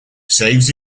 saves